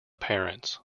parents